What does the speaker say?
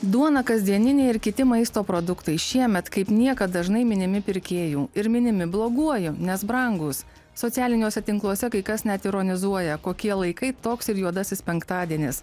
duona kasdieninė ir kiti maisto produktai šiemet kaip niekad dažnai minimi pirkėjų ir minimi bloguoju nes brangūs socialiniuose tinkluose kai kas net ironizuoja kokie laikai toks ir juodasis penktadienis